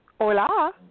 Hola